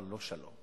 אבל לא שלום.